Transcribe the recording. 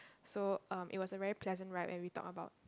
so um it was a very pleasant ride where we talked about